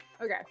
Okay